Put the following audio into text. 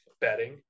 betting